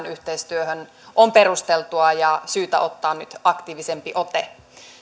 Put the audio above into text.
yhteistyöhön on perusteltua ja syytä ottaa nyt aktiivisempi ote